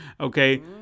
Okay